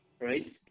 right